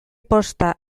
posta